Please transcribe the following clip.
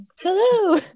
hello